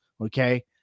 okay